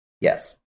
yes